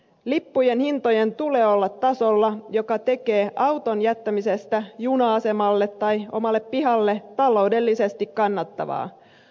lippujen hintojen tulee olla tasolla joka tekee auton jättämisestä juna asemalle tai omalle pihalle taloudellisesti kannattavaa